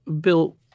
Bill